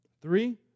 Three